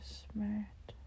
smart